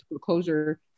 closure